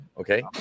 okay